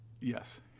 Yes